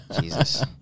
Jesus